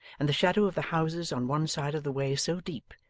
and the shadow of the houses on one side of the way so deep,